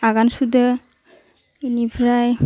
आगान सुरदो इनिफ्राय